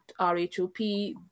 RHOP